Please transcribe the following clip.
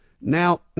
Now